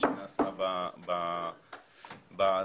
שנעשו בכספים.